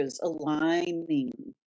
aligning